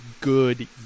good